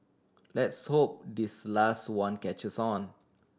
let's hope this last one catches on